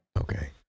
okay